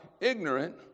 ignorant